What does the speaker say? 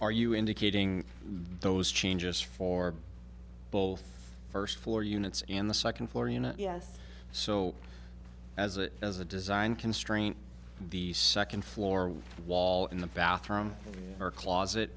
are you indicating those changes for both first floor units and the second floor unit so as a as a design constraint the second floor wall in the bathroom or closet